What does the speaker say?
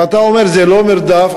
אם אתה אומר שזה לא מרדף,